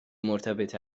مرتبط